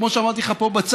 כמו שאמרתי לך פה בצד,